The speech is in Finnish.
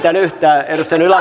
kännykkää eli kello